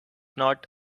not